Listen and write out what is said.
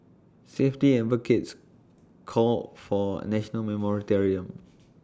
safety advocates called for A national moratorium on